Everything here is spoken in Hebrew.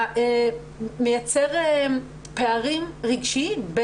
אתה מייצר פערים רגשיים,